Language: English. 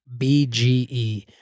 BGE